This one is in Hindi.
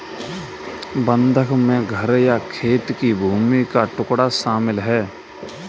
बंधक में घर या खेत की भूमि का टुकड़ा शामिल है